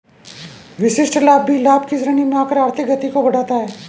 विशिष्ट लाभ भी लाभ की श्रेणी में आकर आर्थिक गति को बढ़ाता है